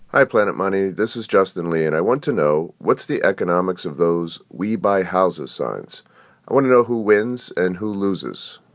hi, planet money. this is justin leigh. and i want to know what's the economics of those we-buy-houses signs. i want to know who wins and who loses.